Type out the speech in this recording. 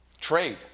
trade